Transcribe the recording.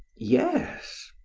yes.